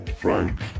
Frank